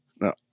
No